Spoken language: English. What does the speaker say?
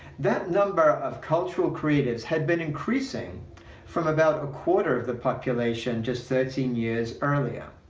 the number of cultural creatives had been increasing from about a quarter of the population just thirteen years earlier,